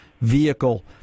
vehicle